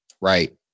Right